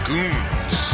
Goons